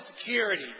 security